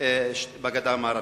בגדה המערבית.